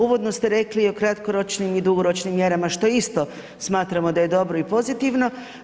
Uvodno ste rekli o kratkoročnim i dugoročnim mjerama, što isto smatramo da je dobro i pozitivno.